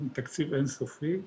אין תקציב אינסופי.